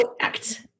act